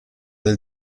del